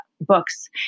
books